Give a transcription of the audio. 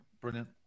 Brilliant